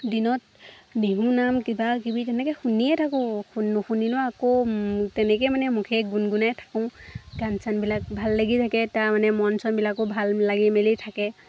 দিনত বিহু নাম কিবাকিবি তেনেকৈ শুনিয়ে থাকোঁ নুশুনিলে আকৌ তেনেকেই মানে মুখেৰে গুণগুণাই থাকোঁ গান চানবিলাক ভাল লাগি থাকে তাৰমানে মন চনবিলাকো ভাল লাগি মেলি থাকে